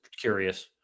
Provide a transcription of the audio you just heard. curious